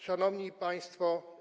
Szanowni Państwo!